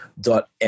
dot